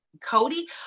Cody